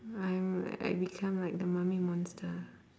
I'm I become like the mummy monster